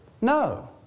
No